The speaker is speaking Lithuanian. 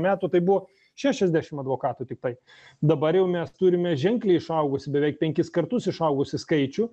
metų tai buvo šešiasdešim advokatų tiktai dabar jau mes turime ženkliai išaugusį beveik penkis kartus išaugusį skaičių